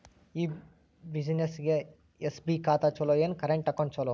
ಈ ಬ್ಯುಸಿನೆಸ್ಗೆ ಎಸ್.ಬಿ ಖಾತ ಚಲೋ ಏನು, ಕರೆಂಟ್ ಅಕೌಂಟ್ ಚಲೋ?